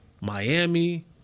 Miami